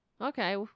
Okay